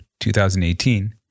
2018